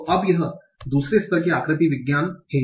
तो यह 2 स्तर की आकृति विज्ञान है